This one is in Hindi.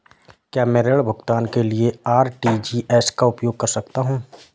क्या मैं ऋण भुगतान के लिए आर.टी.जी.एस का उपयोग कर सकता हूँ?